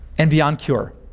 and beyond cure.